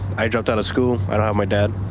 i dropped out of school. i don't have my dad.